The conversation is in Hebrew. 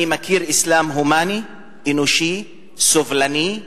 אני מכיר אסלאם הומני, אנושי, סובלני,